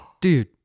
dude